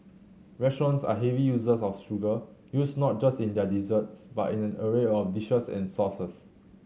restaurants are heavy users of sugar used not just in their desserts but in an array of dishes and sauces